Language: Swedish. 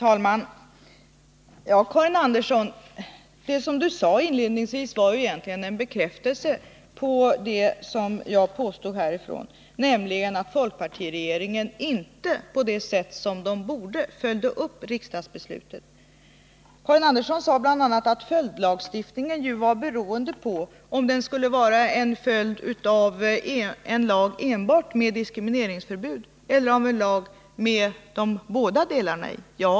Herr talman! Det som Karin Andersson inledningsvis sade var egentligen en bekräftelse på vad jag påstod, nämligen att folkpartiregeringen inte på det sätt som den borde ha gjort följde upp riksdagens beslut. Karin Andersson sade bl.a. att följdlagstiftningen var beroende av om den skulle vara en följd enbart av en lag med diskrimineringsförbud eller av en lag med båda delarna av det ursprungliga lagförslaget i.